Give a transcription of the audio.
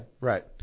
Right